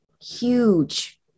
Huge